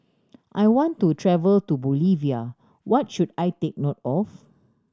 I want to travel to Bolivia what should I take note of